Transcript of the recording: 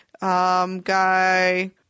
Guy